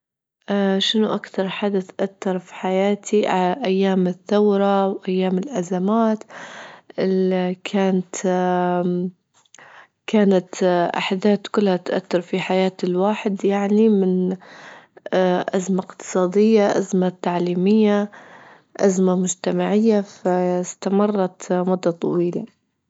شنو أكثر حدث أثر في حياتي أيام الثورة وأيام الأزمات، كانت كانت أحداث كلها تأثر في حياة الواحد، يعني من أزمة إقتصادية، أزمة تعليمية، أزمة مجتمعية، فإستمرت مدة طويلة.